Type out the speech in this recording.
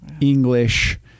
English